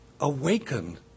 Awaken